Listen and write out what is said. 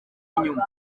inyuma